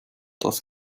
das